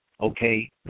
okay